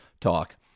talk